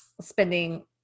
spending